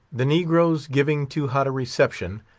the negroes giving too hot a reception,